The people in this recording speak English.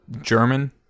German